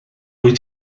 wyt